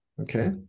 Okay